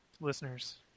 listeners